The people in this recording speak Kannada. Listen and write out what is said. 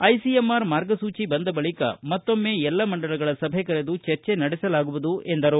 ಐಸಿಎಂಆರ್ ಮಾರ್ಗಸೂಚಿ ಬಂದ ಬಳಿಕ ಮತ್ತೊಮ್ನೆ ಎಲ್ಲ ಮಂಡಳಗಳ ಸಭೆ ಕರೆದು ಚರ್ಚೆ ನಡೆಸಲಾಗುವುದು ಎಂದರು